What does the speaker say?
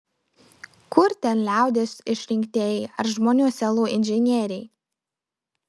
kur ten liaudies išrinktieji ar žmonių sielų inžinieriai